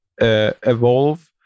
evolve